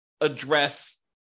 address